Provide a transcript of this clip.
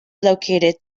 located